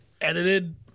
edited